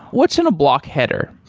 what's in a block header?